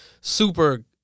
super